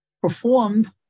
performed